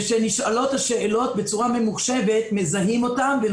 כאשר נשאלות השאלות מזהים אותן בצורה